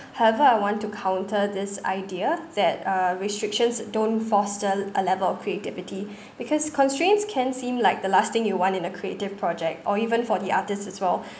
however I want to counter this idea that uh restrictions don't foster a level of creativity because constraints can seem like the last thing you want in a creative project or even for the artists as well